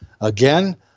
Again